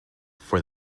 for